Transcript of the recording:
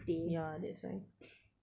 ya that's why